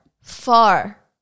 far